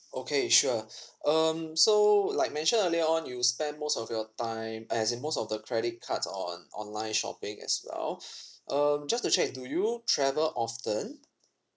okay sure um so like mentioned earlier on you spend most of your time as in most of the credit cards on online shopping as well um just to check do you travel often